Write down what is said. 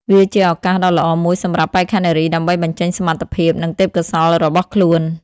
វាជាឱកាសដ៏ល្អមួយសម្រាប់បេក្ខនារីដើម្បីបញ្ចេញសមត្ថភាពនិងទេពកោសល្យរបស់ខ្លួន។